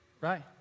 Right